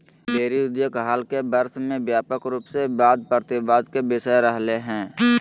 dairy उद्योग हाल के वर्ष में व्यापक रूप से वाद प्रतिवाद के विषय रहलय हें